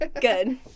Good